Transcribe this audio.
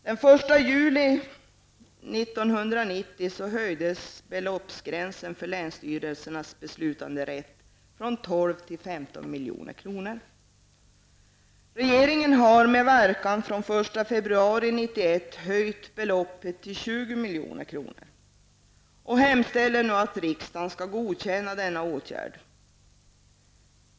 Den 1 juli 1990 höjdes beloppsgränsen för länsstyrelsernas beslutanderätt. 1991 höjt beloppet till 20 milj.kr. och hemställer nu om att riksdagen godkänner denna åtgärd.